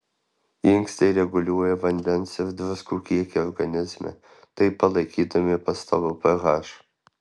inkstai reguliuoja vandens ir druskų kiekį organizme taip palaikydami pastovų ph